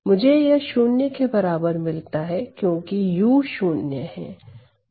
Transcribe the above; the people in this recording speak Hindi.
मुझे यह शून्य के बराबर मिलता है क्योंकि u शून्य है